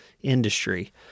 industry